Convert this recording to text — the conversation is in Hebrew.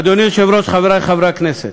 אדוני היושב-ראש, חברי חברי הכנסת,